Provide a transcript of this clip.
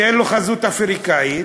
שאין לו חזות אפריקנית.